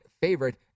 favorite